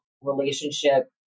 relationship